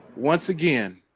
once again,